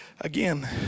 again